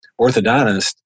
orthodontist